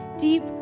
deep